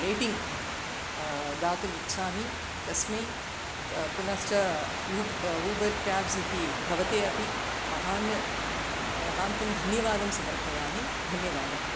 rating दातुम् इच्छामि तस्मै त पुनश्च यूब् ऊबर् क्याब्स् इति भवति अपि महान् महान्तं धन्यवादं समर्पयामि धन्यवादः